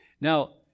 Now